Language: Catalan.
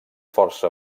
força